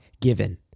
given